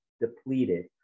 depleted